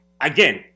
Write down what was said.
Again